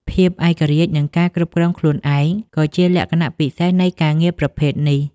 ភាពឯករាជ្យ និងការគ្រប់គ្រងខ្លួនឯង ក៏ជាលក្ខណៈពិសេសនៃការងារប្រភេទនេះ។